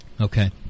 Okay